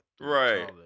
Right